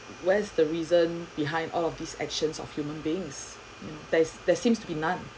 where's the reason behind all of these actions of human beings there there seems to be none